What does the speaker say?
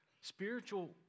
Spiritual